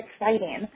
exciting